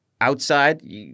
outside